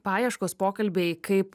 paieškos pokalbiai kaip